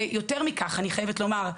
יותר מכך אני חייבת לומר,